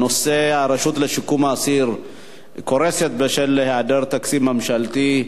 הנושא: הרשות לשיקום האסיר קורסת בשל היעדר תקציב ממשלתי,